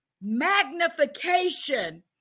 magnification